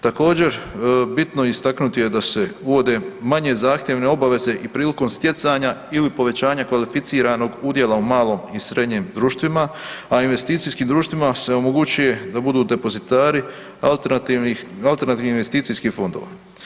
Također bitno je istaknuti da se uvode manje zahtjevne obaveze i prilikom stjecanja ili povećanja kvalificiranog udjela u malom i srednjem društvima, a investicijskim društvima se omogućuje da budu depozitari alternativnih investicijskih fondova.